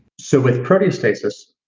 so with proteostasis,